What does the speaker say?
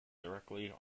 directly